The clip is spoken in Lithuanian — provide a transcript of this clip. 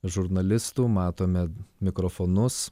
žurnalistų matome mikrofonus